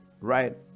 Right